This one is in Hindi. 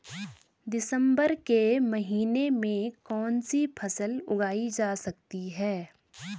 दिसम्बर के महीने में कौन सी फसल उगाई जा सकती है?